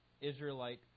Israelite